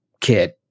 kid